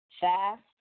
fast